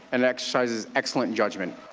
and exercises excellent judgment.